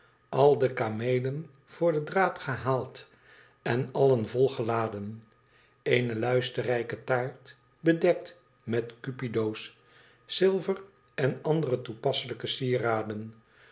al de kameelen voor den draad gehaald en allen volgeladen eene luisterrijke taart bedekt met cupido's zilver en andere toepasselijke sieraden